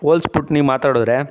ಹೋಲ್ಸಿಬಿಟ್ಟು ನೀವು ಮಾತಾಡಿದರೆ